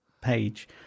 page